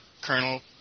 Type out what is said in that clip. colonel